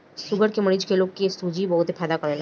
sugar के मरीज लोग के सूजी बहुते फायदा करेला